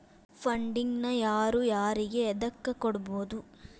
Funding ನ ಯಾರು ಯಾರಿಗೆ ಎದಕ್ಕ್ ಕೊಡ್ಬೊದು?